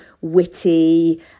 witty